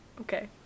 Okay